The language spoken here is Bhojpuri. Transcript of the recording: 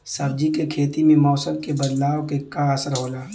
सब्जी के खेती में मौसम के बदलाव क का असर होला?